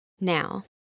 Now